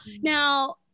Now